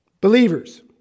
believers